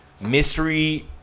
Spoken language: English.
mystery